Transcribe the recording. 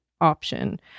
option